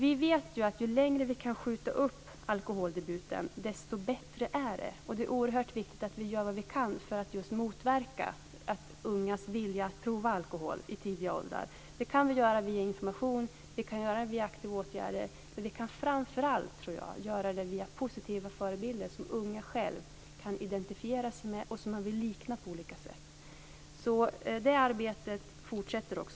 Vi vet att ju längre vi kan skjuta upp alkoholdebuten desto bättre är det. Det är oerhört viktigt att vi gör vad vi kan för att motverka att unga provar alkohol i tidiga år. Det kan vi göra via information. Vi kan göra det via aktiva åtgärder, men jag tror framför allt att vi kan göra det via positiva förebilder som unga själva kan identifiera sig med och som de vill likna på olika sätt. Det här arbetet fortsätter också.